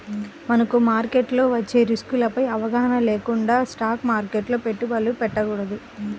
మనకు మార్కెట్లో వచ్చే రిస్కులపై అవగాహన లేకుండా స్టాక్ మార్కెట్లో పెట్టుబడులు పెట్టకూడదు